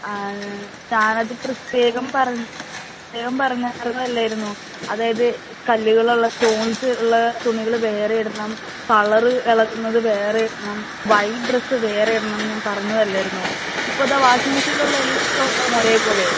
ഞാനത് പ്രത്യേകം പറഞ്ഞ പ്രത്യേകം പറഞ്ഞായിരുന്നില്ലായിരുന്നോ അതായത് കല്ലുകളുള്ള സ്റ്റോൺസ് ഉള്ള തുണികൾ വേറെ ഇടണം കളർ ഇളകുന്നത് വേറെ ഇടണം വൈറ്റ് ഡ്രെസ് വേറെ ഇടണം എന്ന് ഞാൻ പറഞ്ഞത് അല്ലായിരുന്നോ ഇപ്പോൾ ഇതാ വാഷിംഗ് മെഷീനിലുള്ള എല്ലാ ഒരേപോലെ ആയി